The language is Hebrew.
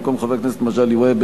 במקום חבר הכנסת מגלי והבה,